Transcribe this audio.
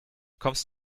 kommst